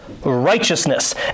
righteousness